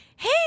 Hey